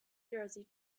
jersey